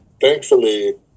Thankfully